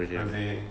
rosae